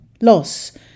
loss